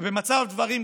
ובמצב דברים כזה,